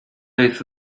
类似